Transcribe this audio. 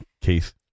Keith